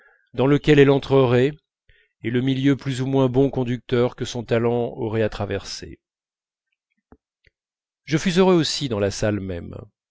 dans lequel elle entrerait et le milieu plus ou moins bon conducteur que son talent aurait à traverser je fus heureux aussi dans la salle même